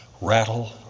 rattle